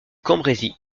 cambrésis